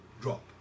drop